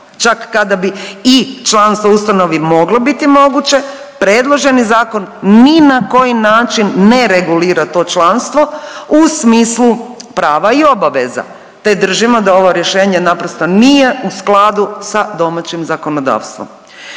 čak kada bi i članstvo u ustanovi moglo biti moguće predloženi zakon ni na koji način ne regulira to članstvo u smislu prava i obaveza, te držimo da ovo rješenje naprosto nije u skladu sa domaćim zakonodavstvom.